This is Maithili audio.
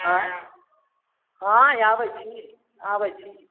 आँय हँ हैआ आबै छी आबै छी